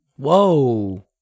Whoa